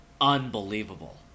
unbelievable